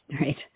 Right